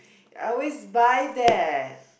I always buy that